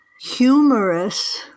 humorous